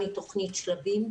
מתוכנית "שלבים",